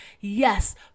Yes